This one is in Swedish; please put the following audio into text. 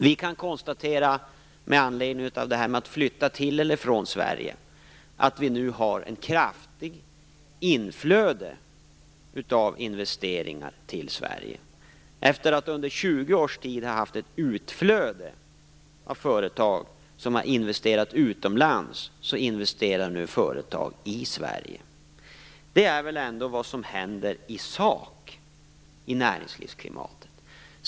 Vi kan konstatera, apropå det här med att flytta till eller från Sverige, att vi nu har ett kraftigt inflöde av investeringar till Sverige. Efter att vi under 20 års tid har haft ett utflöde av företag som har investerat utomlands investerar nu företag i Sverige. Det är vad som händer i sak i näringslivsklimatet.